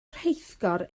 rheithgor